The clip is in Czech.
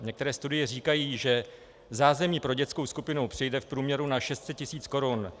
Některé studie říkají, že zázemí pro dětskou skupinu přijde v průměru na 600 tis. korun.